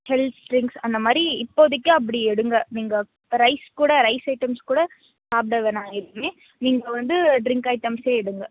health drinks அந்த மாதிரி இப்போதைக்கு அப்படி எடுங்க நீங்கள் ரைஸ் கூட ரைஸ் ஐட்டம்ஸ் கூட சாப்பிட வேணாம் இனிமேல் நீங்கள் வந்து ட்ரிங்க் ஐட்டம்ஸே எடுங்க